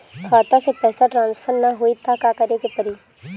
खाता से पैसा ट्रासर्फर न होई त का करे के पड़ी?